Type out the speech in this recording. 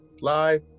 live